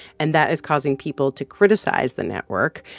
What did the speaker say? and that is causing people to criticize the network,